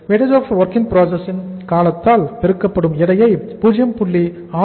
Wwip இன் காலத்தால் பெருக்கப்படும் எடையை 0